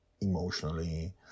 emotionally